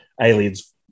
aliens